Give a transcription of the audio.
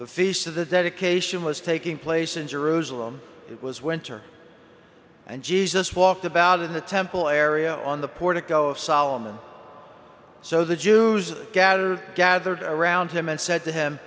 the feast of the dedication was taking place in jerusalem it was winter and jesus walked about in the temple area on the portico of solomon so the jews gathered gathered around him and said to him